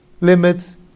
Limits